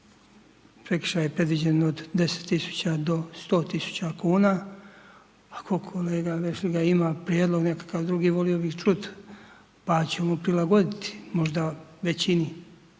Prekršaj je predviđen od 10 tisuća do 100 tisuća kuna. Ako kolega Vešligaj ima prijedlog nekakav drugi, volio bih čuti, pa ćemo prilagoditi možda većini,